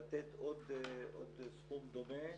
לתת עוד סכום דומה,